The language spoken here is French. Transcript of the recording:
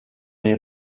les